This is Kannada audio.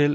ಎಲ್